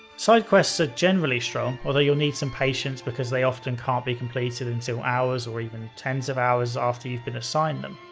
side quests are generally strong although you'll need some patience because they often can't be completed until and so hours or even tens of hours after you've been assigned them.